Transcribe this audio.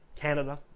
Canada